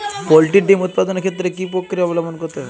Poultry ডিম উৎপাদনের ক্ষেত্রে কি পক্রিয়া অবলম্বন করতে হয়?